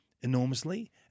enormously